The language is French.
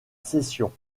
session